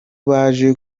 baje